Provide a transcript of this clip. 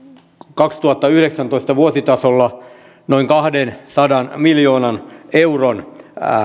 kaksituhattayhdeksäntoista vuositasolla noin kahdensadan miljoonan euron